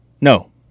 No